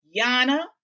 Yana